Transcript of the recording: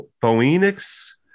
phoenix